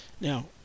Now